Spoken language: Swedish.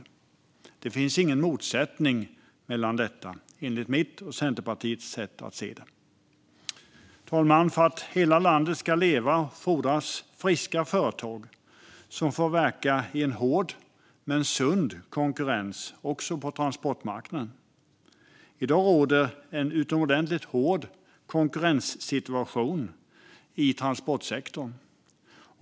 Det finns ingen motsättning mellan detta, enligt mitt och Centerpartiets sätt att se det. Herr talman! För att hela landet ska leva fordras friska företag som får verka i en hård men sund konkurrens, också på transportmarknaden. I dag råder en utomordentligt hård konkurrenssituation i transportsektorn.